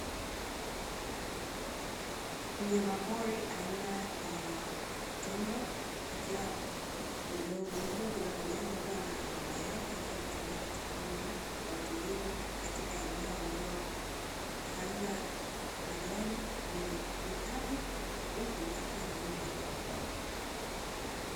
Mnyama pori aina ya tembo akiwa mdogo, huku pembeni yake akiwa na mama yake akiwa anatembea katika mwendo wa utulivu katika eneo ambalo halina majani ni kame huku akiwa na mwendo wa polepole.